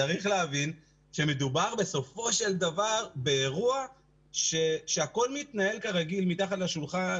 צריך להבין שמדובר בסופו של דבר באירוע שהכול מתנהל כרגיל מתחת לשולחן.